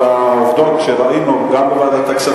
עם הרבה הרבה מסתננים שמגיעים ממצרים.